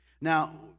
Now